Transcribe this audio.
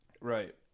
Right